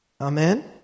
Amen